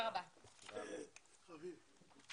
הישיבה